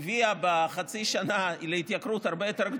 הביאה בחצי שנה להתייקרות הרבה יותר גדולה,